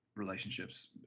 relationships